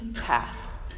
path